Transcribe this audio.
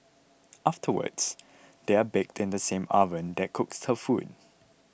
afterwards they are baked in the same oven that cooks her food